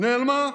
נעלמה.